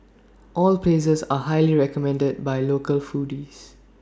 all places are highly recommended by local foodies